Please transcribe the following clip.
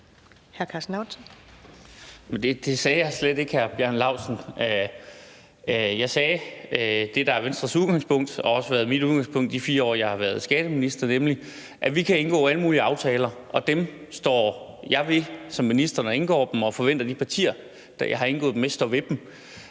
Det sagde jeg slet ikke, hr. Bjarne Laustsen. Jeg sagde, at det, der er Venstres udgangspunkt, og som også var mit udgangspunkt i de 4 år, jeg var skatteminister, er, at vi kan indgå alle mulige aftaler, og dem står jeg ved, som ministrene indgår dem, og jeg forventer, at de partier, jeg har indgået dem med, står ved dem.